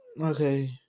Okay